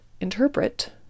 interpret